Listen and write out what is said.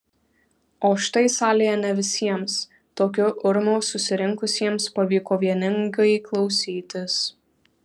o štai salėje ne visiems tokiu urmu susirinkusiems pavyko vieningai klausytis